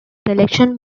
collection